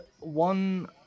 one